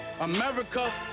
America